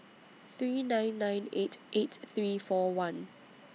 three nine nine eight eight three four one